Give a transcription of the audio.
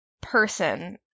person